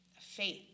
faith